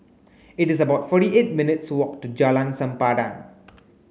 it is about forty eight minutes' walk to Jalan Sempadan